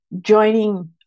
joining